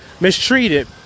mistreated